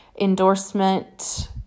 endorsement